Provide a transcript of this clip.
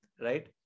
right